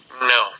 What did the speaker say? No